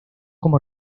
como